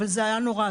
אבל זה היה נורא,